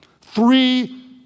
Three